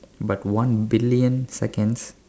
but one billion seconds